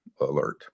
alert